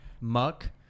muck